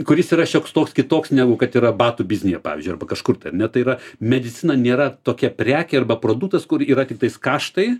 kuris yra šioks toks kitoks negu kad yra batų biznyje pavyzdžiui arba kažkur ne tai yra medicina nėra tokia prekė arba produktas kur yra tiktais kaštai